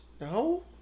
No